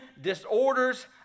disorders